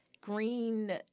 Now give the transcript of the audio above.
green